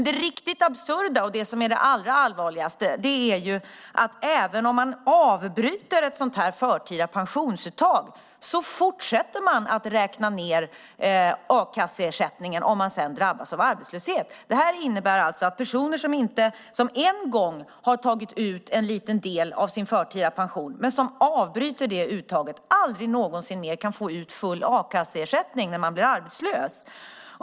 Det riktigt absurda och det allra allvarligaste är att även om man avbryter ett förtida pensionsuttag fortsätter a-kasseersättningen att räknas ned om man senare drabbas av arbetslöshet. Det innebär att personer som en gång tagit ut en liten del av sin förtida pension men avbryter det uttaget aldrig någonsin mer kan få ut full a-kasseersättning om man blir arbetslös.